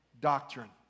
doctrine